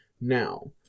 Now